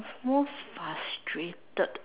more frustrated